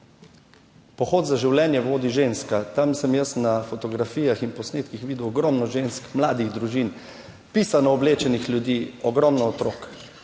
Pohod za življenje vodi ženska. Tam sem jaz na fotografijah in posnetkih videl ogromno žensk, mladih družin, pisano oblečenih ljudi, ogromno otrok